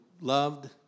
loved